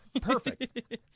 Perfect